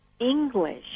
English